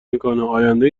میکنه، آینده